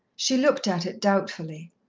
she looked at it doubtfully.